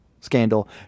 scandal